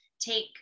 take